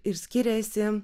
ir skiriasi